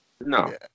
No